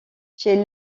chez